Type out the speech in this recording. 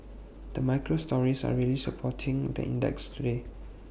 the micro stories are really supporting the index today